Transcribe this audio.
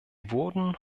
wurden